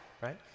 right